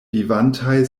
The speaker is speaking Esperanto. vivantaj